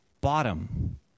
bottom